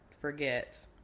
forget